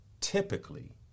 typically